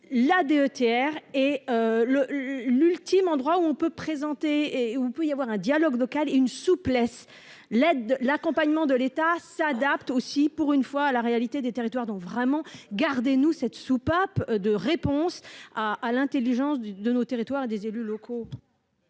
la DETR et le l'ultime endroit où on peut présenter, et vous pouvez avoir un dialogue local et une souplesse, l'aide de l'accompagnement de l'État s'adapte aussi pour une fois à la réalité des territoires dont vraiment garder nous cette soupape de réponse à, à l'Intelligence du de nos territoires et des élus locaux.